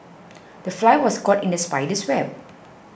the fly was caught in the spider's web